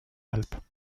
alpes